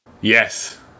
Yes